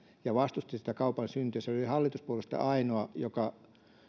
ja vastusti sitä kaupan syntyä se oli hallituspuolueista ainoa joka